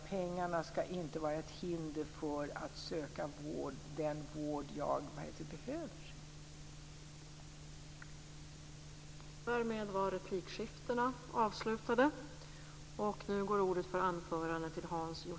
Pengarna skall inte vara ett hinder för att söka den vård man behöver.